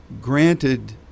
granted